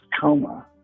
coma